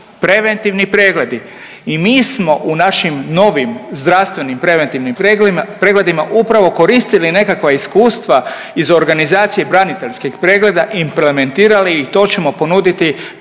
Preventivni pregledi i mi smo u našim novim zdravstvenim preventivnim pregledima upravo koristili nekakva iskustva iz organizacije braniteljskih pregleda i implementirali ih, to ćemo ponuditi